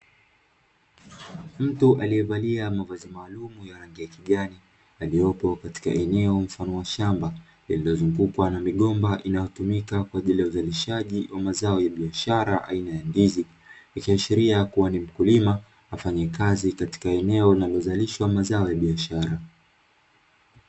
Mtu aliye valia mavazi maalumu ya rangi ya kijani aliyopo katika eneo mfano wa shamba lililo zungukwa namigomba inayotumika kwaajili ya uzalishaji wamazao ya biashara aina ya ndizi, Ikiashiria kuwa ni mkulima kafanya kazi katika eneo linalo zalishwa mazao ya biashara.